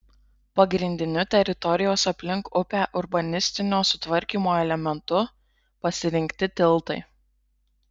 pagrindiniu teritorijos aplink upę urbanistinio sutvarkymo elementu pasirinkti tiltai